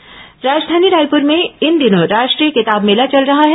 किताब मेला राजधानी रायपुर में इन दिनों राष्ट्रीय किताब मेला चल रहा है